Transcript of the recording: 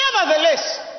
Nevertheless